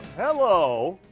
hello!